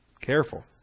Careful